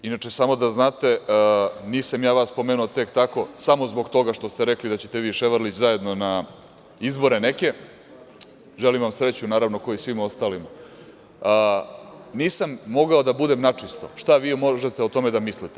Inače, samo da znate, nisam ja vas pomenuo tek tako samo zbog toga što ste rekli da ćete vi i Ševarlić zajedno na izbore neke, želim vam sreću, naravno, kao i svim ostalima, nisam mogao da budem načisto šta vi možete o tome da mislite.